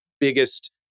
biggest